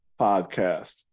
podcast